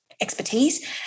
expertise